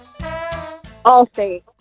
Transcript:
Allstate